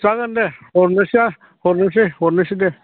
जागोन दे हरनोसै हरनोसै हरनोसै दे